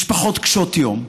משפחות קשות יום,